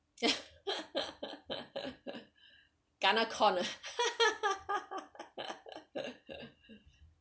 kena con